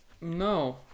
No